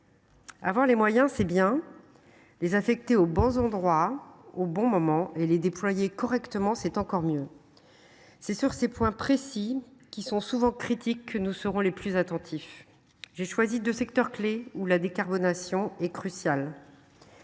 Avoir les moyens, c’est bien. Les affecter au bon endroit, au bon moment et les déployer correctement, c’est encore mieux. C’est sur ces points précis, qui sont souvent critiques, que nous serons le plus attentifs. J’ai choisi d’évoquer deux secteurs clés, pour lesquels la décarbonation est cruciale.